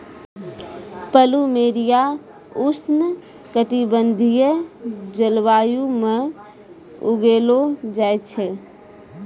plumeria उष्ण कटिबंधीय जलवायु म उगैलो जाय छै